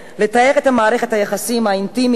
לתאר את מערכת היחסים האינטימיים עם